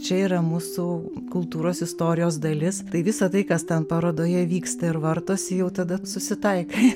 čia yra mūsų kultūros istorijos dalis tai visa tai kas ten parodoje vyksta ir vartosi jau tada susitaikai